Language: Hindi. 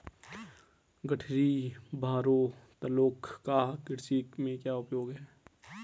गठरी भारोत्तोलक का कृषि में क्या उपयोग है?